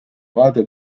vaade